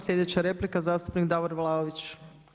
Sljedeća replika zastupnik Davor Vlaović.